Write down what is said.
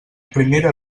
primera